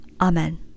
amen